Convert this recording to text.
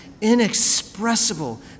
inexpressible